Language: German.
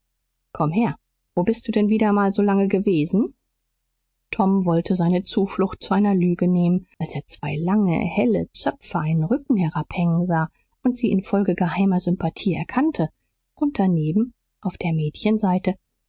komm vor wo bist du denn wieder mal so lange gewesen tom wollte seine zuflucht zu einer lüge nehmen als er zwei lange helle zöpfe einen rücken herabhängen sah und sie infolge geheimer sympathie erkannte und daneben auf der mädchen seite